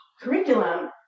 curriculum